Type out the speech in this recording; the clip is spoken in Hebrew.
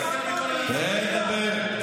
הגן עליהם יותר מכל אחד אחר.